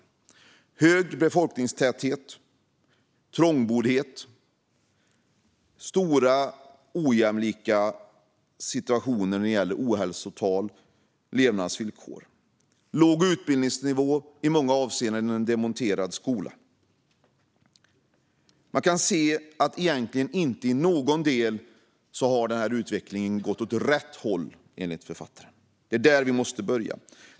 Det handlar om hög befolkningstäthet, trångboddhet, en väldigt ojämlik situation när det gäller ohälsotal och levnadsvillkor, låg utbildningsnivå och en i många avseenden demonterad skola. Man kan se att utvecklingen egentligen inte i någon del har gått åt rätt håll, enligt författaren. Det är där vi måste börja.